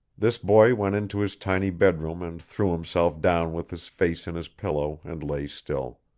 this boy went into his tiny bedroom and threw himself down with his face in his pillow and lay still.